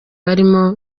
barimo